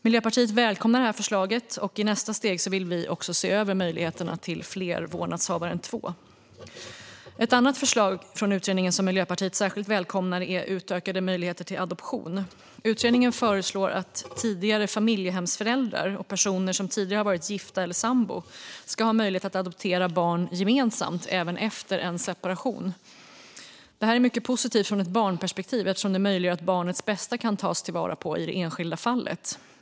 Miljöpartiet välkomnar det här förslaget, och i nästa steg vill vi även se över möjligheten att ha fler vårdnadshavare än två. Ett annat förslag från utredningen som Miljöpartiet särskilt välkomnar är utökade möjligheter till adoption. Utredningen föreslår att tidigare familjehemsföräldrar och personer som tidigare varit gifta eller sambo ska ha möjlighet att adoptera barn gemensamt även efter en separation. Detta är mycket positivt ur ett barnperspektiv eftersom det möjliggör att barnets bästa kan tas till vara i det enskilda fallet.